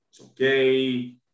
okay